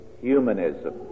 Humanism